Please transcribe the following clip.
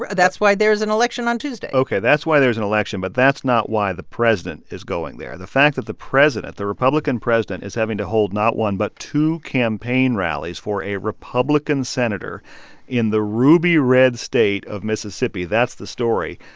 but that's why there's an election on tuesday ok, that's why there's an election. but that's not why the president is going there. the fact that the president, the republican president is having to hold not one but two campaign rallies for a republican senator in the ruby-red state of mississippi that's the story.